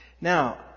Now